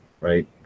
right